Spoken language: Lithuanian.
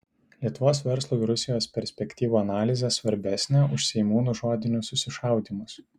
lietuvos verslui rusijos perspektyvų analizė svarbesnė už seimūnų žodinius susišaudymus